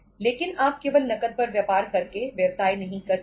लेकिन आप केवल नकद पर व्यापार करके व्यवसाय नहीं कर सकते